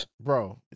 Bro